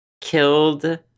killed